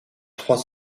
trois